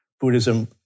Buddhism